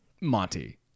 Monty